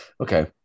okay